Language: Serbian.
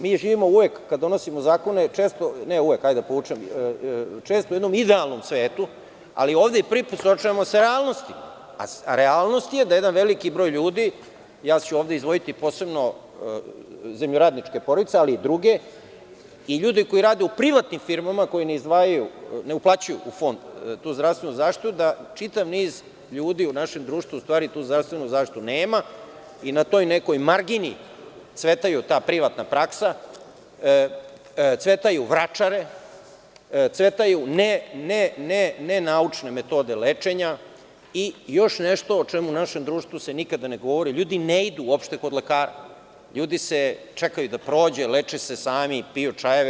Mi živimo uvek kada donosimo zakone često u jednom idealnom svetu, ali se ovde prvi put suočavamo sa realnosti, a realnost je da jedan veliki broj ljudi, izdvojiću ovde posebno zemljoradničke porodice, ali druge i ljude koji rade u privatnim firmama, koji ne uplaćuju u fond tu zdravstvenu zaštitu, da čitav niz ljudi u našem društvu u stvari tu zdravstvenu zaštitu nema i na toj nekoj margini cveta ta privatna praksa, cvetaju vračare, cvetaju nenaučne metode lečenja i još nešto o čemu u našem društvu se nikada ne govori, ljudi ne idu uopšte kod lekara, ljudi čekaju da prođe, leče se sami, piju čajeve.